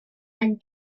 and